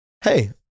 hey